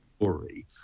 story